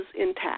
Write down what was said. intact